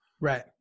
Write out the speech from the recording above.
Right